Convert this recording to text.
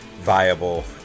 viable